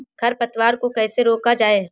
खरपतवार को कैसे रोका जाए?